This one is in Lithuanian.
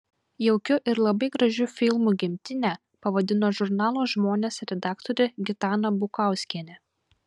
jaukiu ir labai gražiu filmu gimtinę pavadino žurnalo žmonės redaktorė gitana bukauskienė